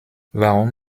warum